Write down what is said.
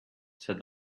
said